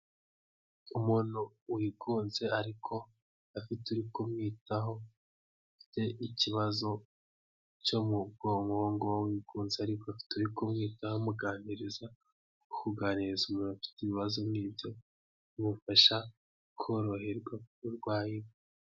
Umuntu wigunze ariko afite turi kumwitaho, afite ikibazo cyo mu bwonko wikunze ariko turi kumwitaho amuganiriza, kuganiriza umuntu afite ibibazo nk'ibyo bimufasha koroherwa uburwayi bwe.